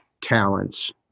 talents